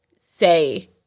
say